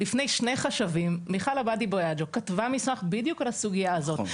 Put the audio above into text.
לפני שני חשבים מיכל עבאדי-בויאנג'ו כתבה מסמך בדיוק על הסוגייה זאת,